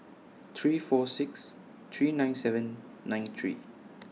three four six three nine seven nine three